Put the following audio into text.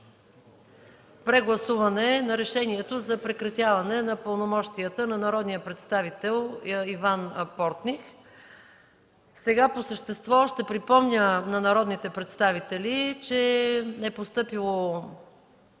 прегласуване на Решението за прекратяване на пълномощията на народния представител Иван Портних. Сега по същество ще припомня на народните представители, че е постъпило